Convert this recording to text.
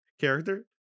character